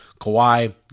Kawhi